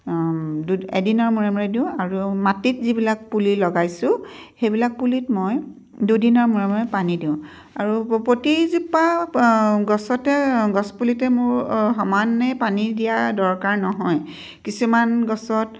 দু এদিনৰ মূৰে মূৰে দিওঁ আৰু মাটিত যিবিলাক পুলি লগাইছোঁ সেইবিলাক পুলিত মই দুদিনৰ মূৰে মূৰে পানী দিওঁ আৰু প্ৰতিজোপা গছতে গছপুলিতে মোৰ সমানে পানী দিয়া দৰকাৰ নহয় কিছুমান গছত